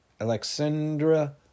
alexandra